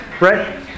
right